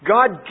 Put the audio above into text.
God